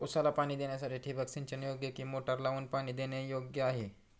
ऊसाला पाणी देण्यासाठी ठिबक सिंचन योग्य कि मोटर लावून पाणी देणे योग्य आहे?